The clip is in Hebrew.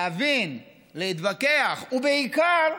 להבין, להתווכח, ובעיקר,